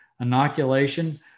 Inoculation